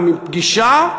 או מפגישה,